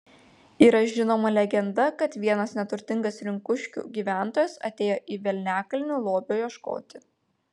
yra žinoma legenda kad vienas neturtingas rinkuškių gyventojas atėjo į velniakalnį lobio ieškoti